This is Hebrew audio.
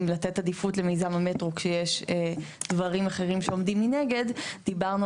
לתת עדיפות למיזם המטרו כשיש דברים אחרים שעומדים מנגד דיברנו